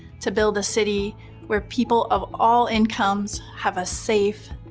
to build a city where people of all incomes have a safe,